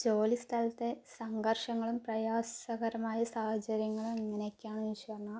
ജോലി സ്ഥലത്തെ സംഘര്ഷങ്ങളും പ്രയാസകരമായ സാഹചര്യങ്ങളും എങ്ങനെയൊക്കെയാന്ന് ചോദിച്ചു പറഞ്ഞാൽ